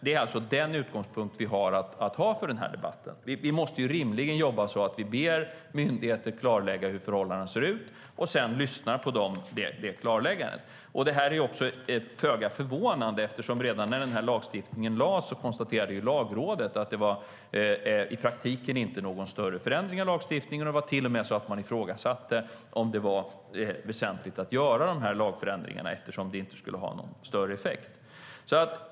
Det är den utgångspunkt som vi har för den här debatten. Vi måste rimligen jobba så att vi ber myndigheter klarlägga hur förhållanden ser ut och sedan lyssnar på klarläggandena som görs. Det här är också föga förvånande, för redan när den här lagstiftningen lades fram konstaterade Lagrådet att det i praktiken inte innebar någon större förändring av lagstiftningen. Man ifrågasatte till och med om det var väsentligt att göra de här lagförändringarna, eftersom de inte skulle ha någon större effekt.